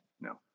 No